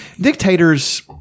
Dictators